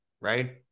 right